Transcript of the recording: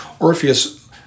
Orpheus